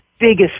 biggest